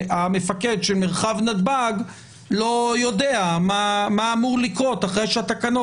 שהמפקד של מרחב נתב"ג לא יודע מה אמור לקרות אחרי שהתקנות